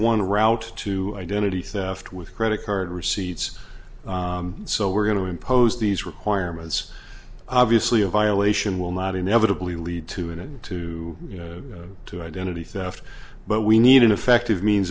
one route to identity theft with credit card receipts so we're going to impose these requirements obviously a violation will not inevitably lead to an end to you know to identity theft but we need an effective means